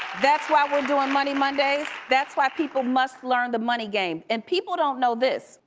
that's why we're doing money mondays, that's why people must learn the money game. and people don't know this,